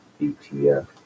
ETF